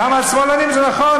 גם על שמאלנים, זה נכון.